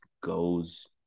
goes